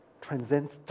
transcends